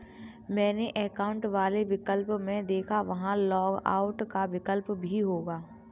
manage account वाले विकल्प में देखो, वहां लॉग आउट का विकल्प भी होगा